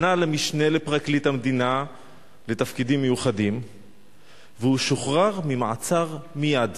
פנה אל המשנה לפרקליט המדינה לתפקידים מיוחדים והוא שוחרר ממעצרו מייד.